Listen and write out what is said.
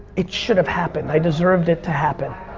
it should've happened. i deserved it to happen.